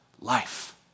Life